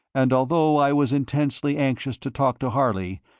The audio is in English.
and although i was intensely anxious to talk to harley,